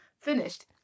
finished